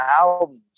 albums